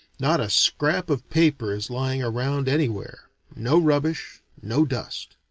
not a scrap of paper is lying around anywhere no rubbish, no dust.